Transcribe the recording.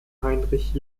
heinrich